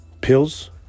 Pills